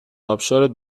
آبشارت